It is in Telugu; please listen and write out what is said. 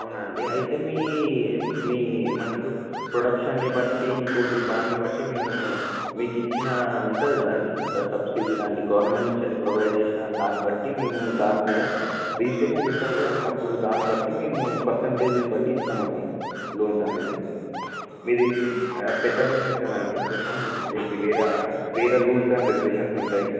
అవునా అండి అయితే మీ మీ ఏమంటారు ప్రొడక్షన్ని బట్టి ఇంకోటి దాన్ని బట్టి మేము మీకు ఇచ్చిన ఉంటుంది కదండి ఒక సబ్సిడీ లాంటి గవర్నమెంట్ నుంచి వెళ్ళి ప్రొవైడ్ చేసిన దాన్నిబట్టి మేము దాని మీద రిజిస్ట్రేషన్ చేస్తారు కదండి అప్పుడు మేము దాని బట్టి మేము పర్సంటేజ్ని బట్టి ఇస్తాం అండి లోన్స్ అనేది మీది పెద్ద బిజినెస్ కదండి కొంచం దీనికి వేరే వేరే రూల్స్ అండ్ రెగ్యులేషన్స్ ఉంటాయి